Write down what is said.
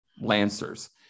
Lancers